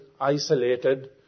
isolated